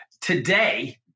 today